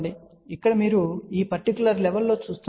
కాబట్టి ఇక్కడ మీరు ఈ పర్టిక్యులర్ లెవెల్ లో చూస్తున్నారు